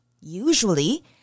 Usually